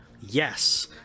Yes